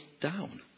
down